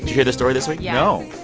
hear the story this week? yeah no.